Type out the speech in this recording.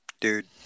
Dude